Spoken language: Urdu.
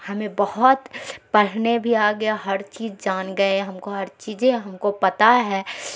ہمیں بہت پڑھنے بھی آ گیا ہر چیز جان گئے ہم کو ہر چیزیں ہم کو پتہ ہے